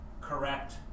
correct